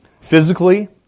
physically